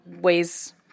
ways